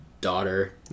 daughter